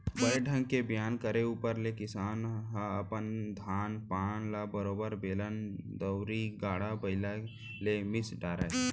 बने ढंग के बियान करे ऊपर ले किसान ह अपन धान पान ल बरोबर बेलन दउंरी, गाड़ा बइला ले मिस डारय